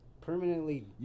permanently